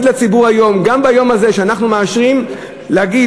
היום לציבור שהיום הזה שאנחנו מאשרים בו,